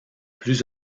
plus